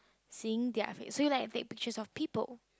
seeing their face so you like to take pictures of people